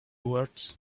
words